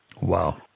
Wow